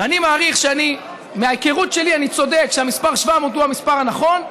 אני מעריך שמההיכרות שלי אני צודק והמספר 700 הוא המספר הנכון,